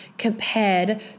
Compared